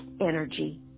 energy